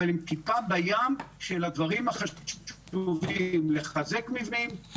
אבל הם טיפה בים של הדברים החשובים: לחזק מבנים,